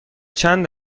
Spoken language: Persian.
چند